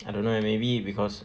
I don't know eh maybe because